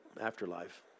afterlife